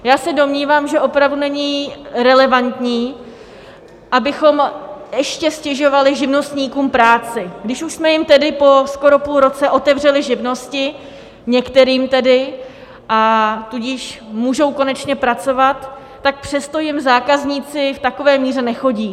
Já se domnívám, že opravdu není relevantní, abychom ještě ztěžovali živnostníkům práci, když už jsme jim tedy po skoro půl roce otevřeli živnosti, některým tedy, a tudíž můžou konečně pracovat, tak přesto jim zákazníci v takové míře nechodí.